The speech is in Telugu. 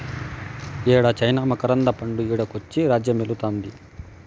యేడ చైనా మకరంద పండు ఈడకొచ్చి రాజ్యమేలుతాంది